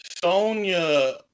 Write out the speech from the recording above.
Sonya